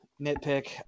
nitpick